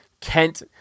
Kent